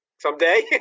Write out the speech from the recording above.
Someday